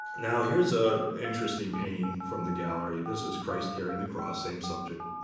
now, here's a interesting painting from the gallery. this is christ carrying the cross, same subject.